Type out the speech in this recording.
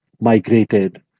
migrated